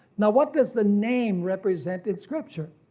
now what does the name represent in scripture?